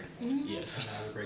Yes